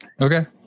Okay